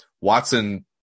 Watson